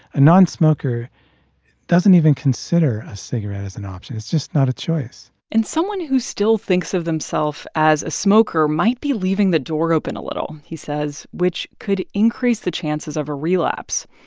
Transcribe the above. a nonsmoker doesn't even consider a cigarette as an option. it's just not a choice and someone who still thinks of themself as a smoker might be leaving the door open a little, he says, which could increase the chances of a relapse.